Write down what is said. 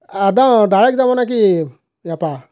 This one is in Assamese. একদম ডাইৰেক্ট যাব নেকি ইয়াৰপৰা